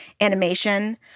animation